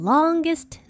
Longest